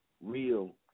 Real